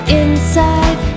inside